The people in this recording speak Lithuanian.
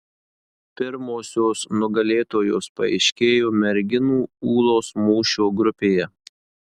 pirmosios nugalėtojos paaiškėjo merginų ūlos mūšio grupėje